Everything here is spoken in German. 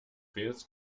wales